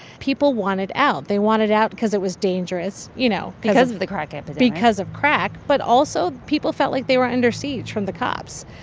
people wanted out. they wanted out because it was dangerous, you know. because of the crack epidemic. and but because of crack. but also, people felt like they were under siege from the cops.